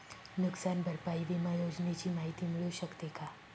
नुकसान भरपाई विमा योजनेची माहिती मिळू शकते का?